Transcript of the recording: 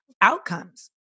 outcomes